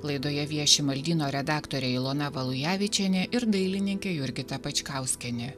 laidoje vieši maldyno redaktorė ilona valujevičienė ir dailininkė jurgita pačkauskienė